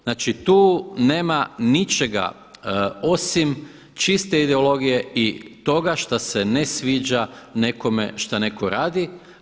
Znači tu nema ničega osim čiste ideologije i toga šta se ne sviđa nekome šta netko radi.